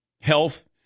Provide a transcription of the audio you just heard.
Health